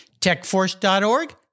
techforce.org